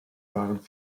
waren